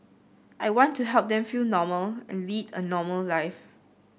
I want to help them feel normal and lead a normal life